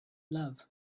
love